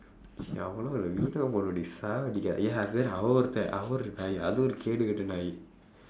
!chi! அவன் ஒருத்தன் அவன் ஒரு நாய் அது ஒரு கேடுக்கெட்ட நாயி:avan oruththan avan oru naai athu oru keedukketda naayi